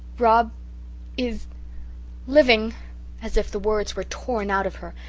rob is living as if the words were torn out of her,